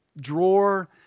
drawer